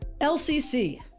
LCC